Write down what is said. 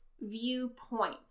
viewpoint